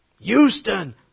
Houston